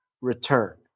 return